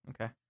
Okay